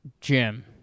Jim